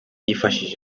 yifashishije